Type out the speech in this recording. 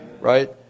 Right